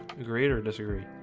greater disagree